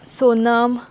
Sonam